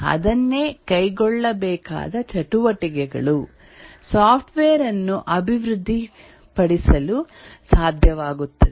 ಅದನ್ನೇ ಕೈಗೊಳ್ಳಬೇಕಾದ ಚಟುವಟಿಕೆಗಳು ಸಾಫ್ಟ್ವೇರ್ ಅನ್ನು ಅಭಿವೃದ್ಧಿಪಡಿಸಲು ಸಾಧ್ಯವಾಗುತ್ತದೆ